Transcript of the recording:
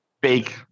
big